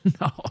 no